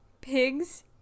Pigs